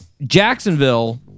Jacksonville